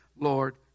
Lord